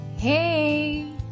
Hey